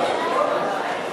נתקבל.